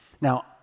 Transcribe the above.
Now